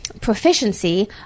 proficiency